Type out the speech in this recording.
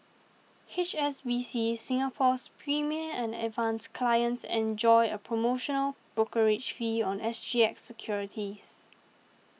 H S B C Singapore's Premier and Advance clients enjoy a promotional brokerage fee on S G X securities